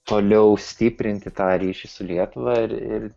toliau stiprinti tą ryšį su lietuva ir ir